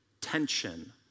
tension